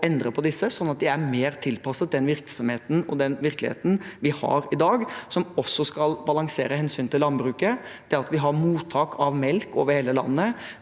endre på disse sånn at de er mer tilpasset den virksomheten og den virkeligheten vi har i dag. Vi skal balansere hensynet til landbruket, det at vi har mottak av melk over hele landet,